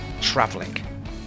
traveling